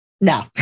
No